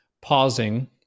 pausing